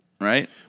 right